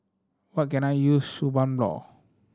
what can I use Suu Balm